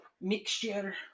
mixture